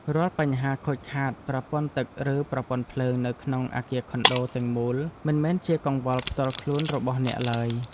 រាល់បញ្ហាខូចខាតប្រព័ន្ធទឹកឬប្រព័ន្ធភ្លើងនៅក្នុងអគារខុនដូទាំងមូលមិនមែនជាកង្វល់ផ្ទាល់ខ្លួនរបស់អ្នកឡើយ។